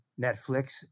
Netflix